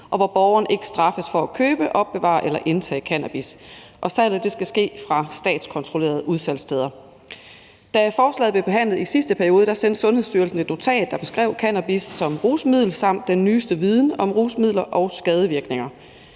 og hvor borgeren ikke straffes for at købe, opbevare eller indtage cannabis. Og salget skal ske fra statskontrollerede udsalgssteder. Da forslaget blev behandlet i sidste periode, sendte Sundhedsstyrelsen et notat, der beskrev cannabis som rusmiddel samt den nyeste viden om rusmidler og skadevirkninger.